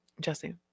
Jesse